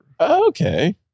okay